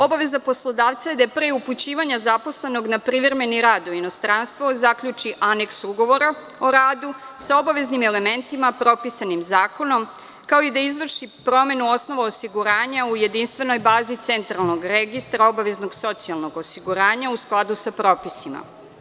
Obaveza poslodavca je da, pre upućivanja zaposlenog na privremeni rad u inostranstvo, zaključi aneks ugovora o radu, sa obaveznim elementima propisanim zakonom, kao i da izvrši promenu osnova osiguranja u jedinstvenoj bazi centralnog registra, obaveznog socijalnog osiguranja, u skladu sa propisima.